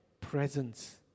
presence